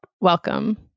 welcome